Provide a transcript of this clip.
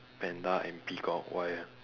panda and peacock why ah